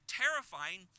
terrifying